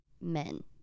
men